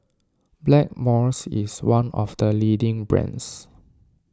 Blackmores is one of the leading brands